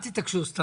אל תתעקשו.